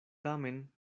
tamen